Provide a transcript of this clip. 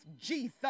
Jesus